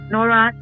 Nora